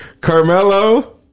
Carmelo